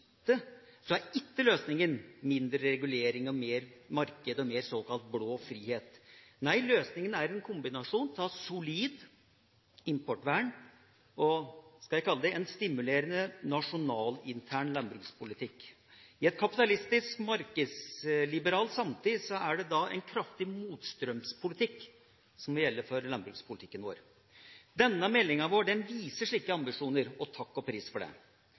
løsningen mindre regulering, mer marked og mer såkalt blå frihet. Nei, løsningen er en kombinasjon av solid importvern og hva man kan kalle en stimulerende nasjonalintern landbrukspolitikk. I en kapitalistisk markedsliberal samtid er det en kraftig motstrømspolitikk som må gjelde for landbrukspolitikken vår. Denne meldinga vår viser slike ambisjoner – og takk og pris for det.